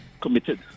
committed